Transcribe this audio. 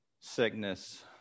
sickness